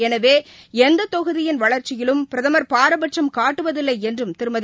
எனவே எந்தத் தொகுதியின் வளர்ச்சியிலும் பிரதமர் பாரபட்சம் காட்டுவதில்லைஎன்றும் திருமதி